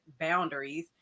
boundaries